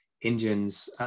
Indians